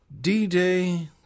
D-Day